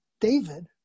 David